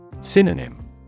Synonym